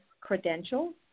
credentials